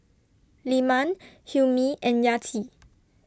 Leman Hilmi and Yati